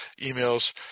emails